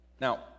Now